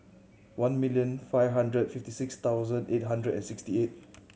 one million five hundred fifty six thousand eight hundred and sixty eight